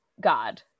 God